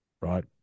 right